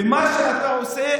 ומה שאתה עושה,